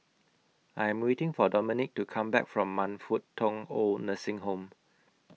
I Am waiting For Dominick to Come Back from Man Fut Tong Oid Nursing Home